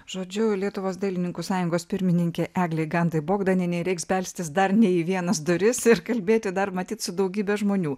žodžiu lietuvos dailininkų sąjungos pirmininkė eglė gandai bogdanienei reiks belstis dar ne į vienas duris ir kalbėti dar matyt su daugybe žmonių